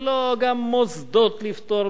גם מוסדות כאלה ואחרים לפטור מארנונה,